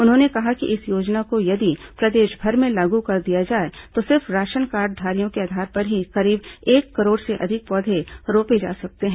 उन्होंने कहा कि इस योजना को यदि प्रदेशभर में लागू कर दिया जाए तो सिर्फ राशन कार्डधारियों के आधार पर ही करीब एक करोड़ से अधिक पौधे रोपे जा सकते हैं